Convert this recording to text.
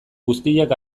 guztiak